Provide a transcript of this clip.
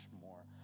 more